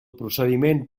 procediment